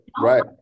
Right